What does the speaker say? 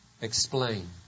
explain